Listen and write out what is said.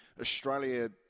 Australia